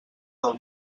del